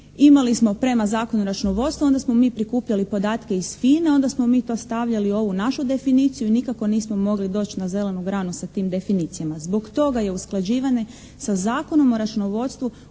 imali smo prema Zakonu o računovodstvu, onda smo mi prikupljali podatke iz FINA-e, onda smo mi to stavljali ovu našu definiciju i nikako nismo mogli doći na zelenu granu sa tim definicijama. Zbog toga je usklađivanje sa Zakonom o računovodstvu